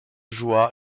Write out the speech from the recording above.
joua